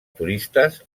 turistes